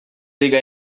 league